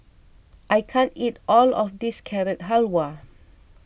I can't eat all of this Carrot Halwa